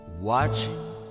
Watching